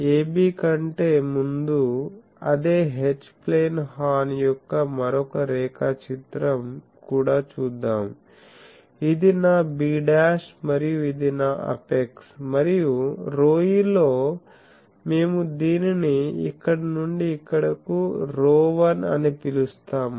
AB కంటే ముందు అదే H ప్లేన్ హార్న్ యొక్క మరొక రేఖాచిత్రం కూడా చూద్దాం ఇది నా b' మరియు ఇది నా అపెక్స్ మరియు ρe లో మేము దీనిని ఇక్కడ నుండి ఇక్కడకు ρ1 అని పిలుస్తాము